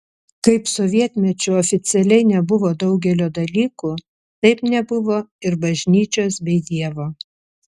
kaip sovietmečiu oficialiai nebuvo daugelio dalykų taip nebuvo ir bažnyčios bei dievo